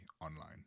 online